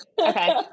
Okay